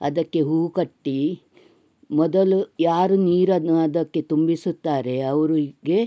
ಅದಕ್ಕೆ ಹೂವು ಕಟ್ಟಿ ಮೊದಲು ಯಾರು ನೀರನ್ನು ಅದಕ್ಕೆ ತುಂಬಿಸುತ್ತಾರೆ ಅವ್ರಿಗೆ